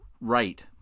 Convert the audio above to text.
right